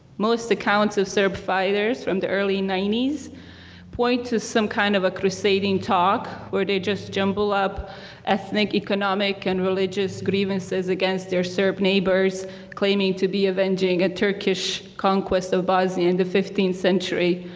most accounts of serb fighters from the early ninety s point to some kind of a crusading talk, where they just jumble up ethnic, economic, and religious grievances grievances against their serb neighbors claiming to be avenging a turkish conquest of bosnia in the fifteenth century,